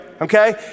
Okay